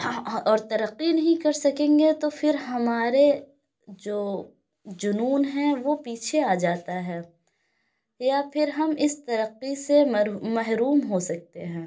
اور ترقی نہیں کر سکیں گے تو پھر ہمارے جو جنون ہیں وہ پیچھے آ جاتا ہے یا پھر ہم اس ترقی سے مر محروم ہو سکتے ہیں